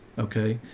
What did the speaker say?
okay.